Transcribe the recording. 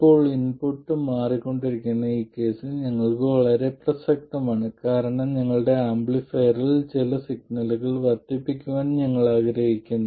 ഇപ്പോൾ ഇൻപുട്ട് മാറിക്കൊണ്ടിരിക്കുന്ന ഈ കേസ് ഞങ്ങൾക്ക് വളരെ പ്രസക്തമാണ് കാരണം ഞങ്ങളുടെ ആംപ്ലിഫയറിൽ ചില സിഗ്നലുകൾ വർദ്ധിപ്പിക്കാൻ ഞങ്ങൾ ആഗ്രഹിക്കുന്നു